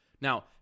Now